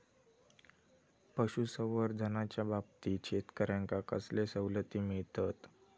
पशुसंवर्धनाच्याबाबतीत शेतकऱ्यांका कसले सवलती मिळतत?